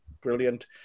Brilliant